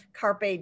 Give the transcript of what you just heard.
carpe